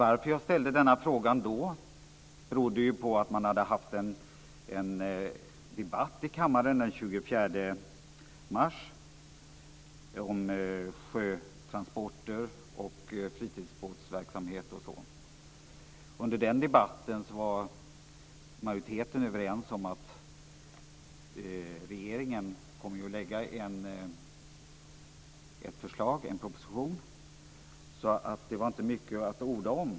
Att jag ställde denna fråga då berodde på att man hade haft en debatt i kammaren den 24 mars om sjötransporter och fritidsbåtsverksamhet. Under den debatten var majoriteten överens om att det inte var mycket att orda om, eftersom regeringen skall lägga fram ett förslag.